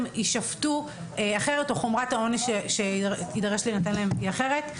יישפטו אחרת או חומרת העונש שתידרש להינתן להם תהיה אחרת.